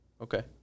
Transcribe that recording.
Okay